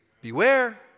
Beware